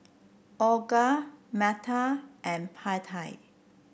Olga Metta and Pattie